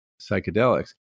psychedelics